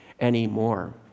anymore